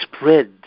spread